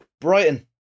Brighton